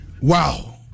wow